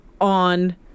on